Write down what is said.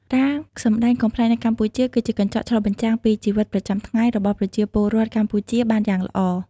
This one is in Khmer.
ការសម្ដែងកំប្លែងនៅកម្ពុជា គឺជាកញ្ចក់ឆ្លុះបញ្ចាំងពីជីវិតប្រចាំថ្ងៃរបស់ប្រជាពលរដ្ឋកម្ពុជាបានយ៉ាងល្អ។